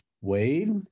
Wade